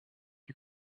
you